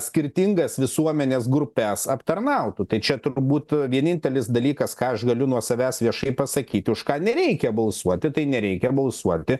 skirtingas visuomenės grupes aptarnautų tai čia turbūt vienintelis dalykas ką aš galiu nuo savęs viešai pasakyti už ką nereikia balsuoti tai nereikia balsuoti